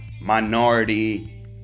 minority